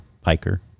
Piker